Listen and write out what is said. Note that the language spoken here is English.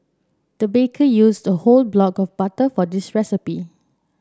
the baker used a whole block of butter for this recipe